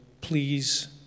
please